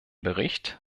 bericht